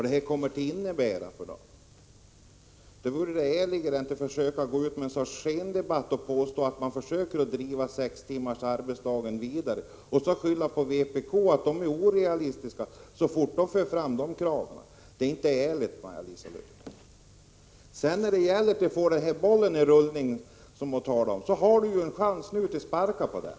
Det skulle vara ärligare än att gå ut i en skendebatt och påstå att man försöker driva kravet om sex timmars arbetsdag vidare. Så fort vpk för fram det kravet säger man att det är orealistiskt. Det är inte ärligt, Maj-Lis Lööw. Vad så gäller frågan att få bollen i rullning vill jag säga att Maj-Lis Lööw nu har en chans att sparka på den.